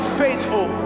faithful